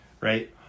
right